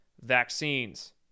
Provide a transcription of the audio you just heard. vaccines